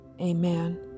amen